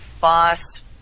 boss